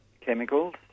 chemicals